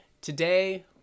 today